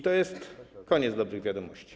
To jest koniec dobrych wiadomości.